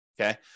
okay